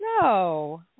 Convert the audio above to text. no